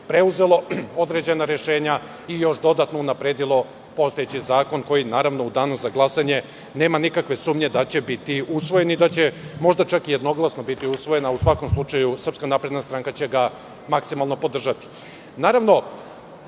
preuzelo određena rešenja i još dodatno unapredilo postojeći zakon, koji, naravno, u danu za glasanje, nema nikakve sumnje da će biti usvojen i da će možda čak jednoglasno biti usvojen. U svakom slučaju SNS će ga maksimalno podržati. Naravno,